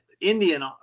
Indian